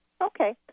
Okay